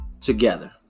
together